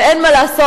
ואין מה לעשות,